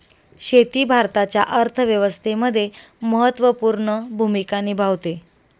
शेती भारताच्या अर्थव्यवस्थेमध्ये महत्त्वपूर्ण भूमिका निभावते